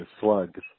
slugs